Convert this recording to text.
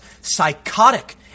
psychotic